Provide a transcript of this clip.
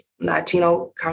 Latino